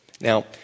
Now